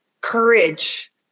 courage